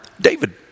David